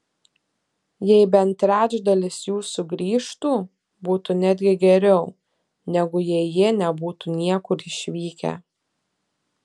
jei bent trečdalis jų sugrįžtų būtų netgi geriau negu jei jie nebūtų niekur išvykę